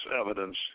evidence